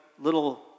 little